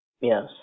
Yes